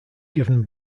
given